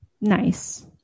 nice